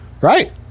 Right